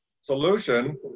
solution